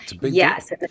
Yes